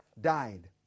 died